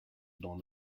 dans